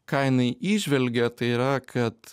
ką jinai įžvelgia tai yra kad